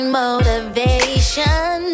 motivation